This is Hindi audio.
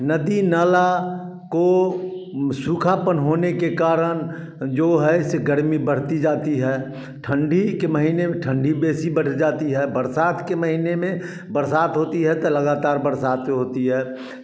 नदी नाला को सूखापन होने के कारण जो है से गर्मी बढ़ती जाती है ठंडी के महीने ठंडी वैसी बढ़ जाती है बरसात के महीने में बरसात होती है तो लगातार बरसातें होती हैं